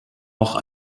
noch